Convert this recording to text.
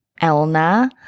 Elna